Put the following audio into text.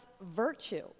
virtue